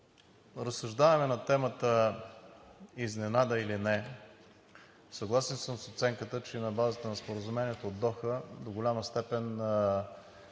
разсъждаваме на темата изненада или не, съгласен съм с оценката, че на базата на споразумението от Доха до голяма степен имахме